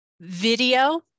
video